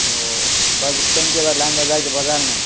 اوہ bus stand کے پاس لائن بازار کے بازار میں